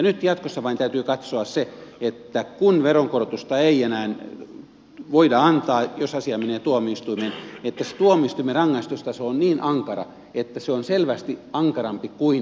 nyt jatkossa vain täytyy katsoa se että kun veronkorotusta ei enää voida antaa jos asia menee tuomioistuimeen niin se tuomioistuimen rangaistustaso on niin ankara että se on selvästi ankarampi kuin hallinnollisessa menettelyssä tehdyt ratkaisut